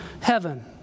heaven